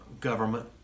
government